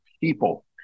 people